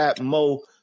Mo